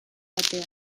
atea